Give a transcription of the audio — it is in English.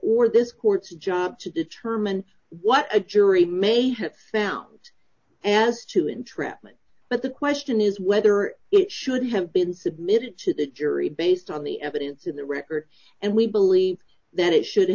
or this court's job to determine what a jury may have found as to entrapment but the question is whether it should have been submitted to the jury based on the evidence in the record and we believe that it should